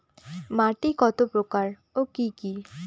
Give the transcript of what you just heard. মাটি কত প্রকার ও কি কি?